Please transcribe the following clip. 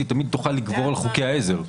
היא תמיד תוכל לגבור על חוקי העזר.